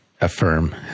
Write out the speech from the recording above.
affirm